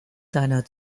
seiner